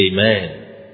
Amen